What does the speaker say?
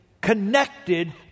connected